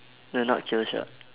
no not killshot